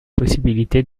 possibilité